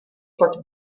tak